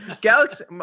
Galaxy